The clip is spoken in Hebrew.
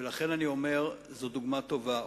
ולכן אני אומר: זו דוגמה טובה,